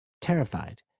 terrified